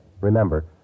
Remember